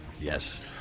yes